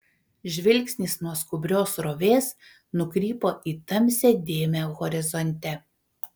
žvilgsnis nuo skubrios srovės nukrypo į tamsią dėmę horizonte